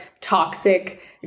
toxic